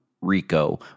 Rico